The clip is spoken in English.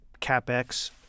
CapEx